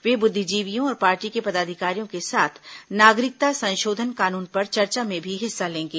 वे बुद्धिजीवियों और पार्टी के पदाधिकारियों के साथ नागरिकता संशोधन कानून पर चर्चा में भी हिस्सा लेंगे